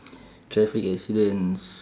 traffic accidents